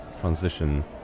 transition